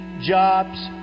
jobs